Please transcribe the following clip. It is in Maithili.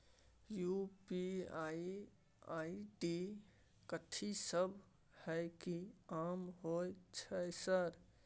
यु.पी.आई आई.डी कथि सब हय कि काम होय छय सर?